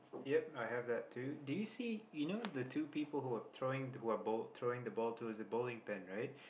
yep I have that too do you see you know the two people who are thowing who are ball thowing the ball to it's bowling pin right